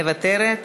מוותרת,